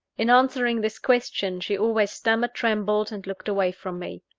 in answering this question, she always stammered, trembled, and looked away from me.